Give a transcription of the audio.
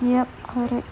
ya correct